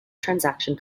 transaction